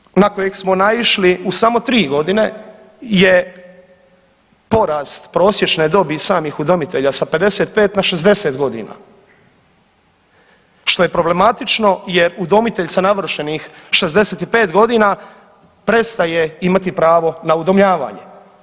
Problem na kojeg smo naišli u samo tri godine je porast prosječne dobi samih udomitelja sa 55 na 60 godina što je problematično jer udomitelj sa navršenih 65 godina prestaje imati pravo na udomljavanje.